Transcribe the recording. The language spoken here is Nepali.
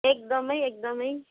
एकदमै एकदमै